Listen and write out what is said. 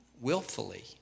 willfully